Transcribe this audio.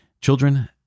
children